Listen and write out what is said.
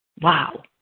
Wow